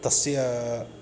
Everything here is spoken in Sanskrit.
तस्य